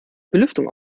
belüftung